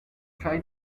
try